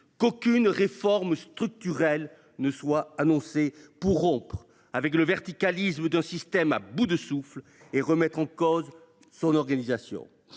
qu’aucune réforme structurelle ne soit annoncée pour rompre avec le verticalisme d’un système à bout de souffle et remettre en cause son organisation.